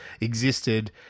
existed